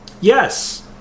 yes